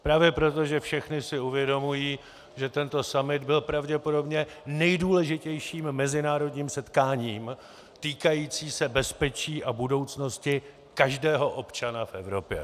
Právě proto, že všechny si uvědomují, že tento summit byl pravděpodobně nejdůležitějším mezinárodním setkáním týkajícím se bezpečí a budoucnosti každého občana v Evropě.